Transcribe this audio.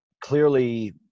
clearly